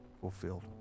fulfilled